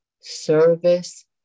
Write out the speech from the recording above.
service